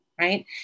right